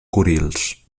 kurils